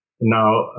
Now